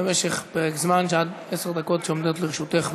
במשך פרק זמן של עד עשר דקות\ שעומדות לרשותך מעכשיו.